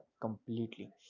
completely